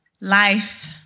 Life